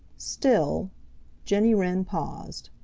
still jenny wren paused.